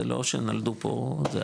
זה לא שנולדו פה זה,